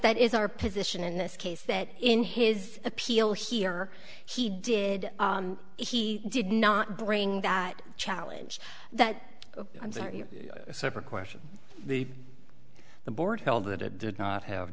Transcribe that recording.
that is our position in this case that in his appeal here he did he did not bring that challenge that i'm sorry separate question the the board held that it did not have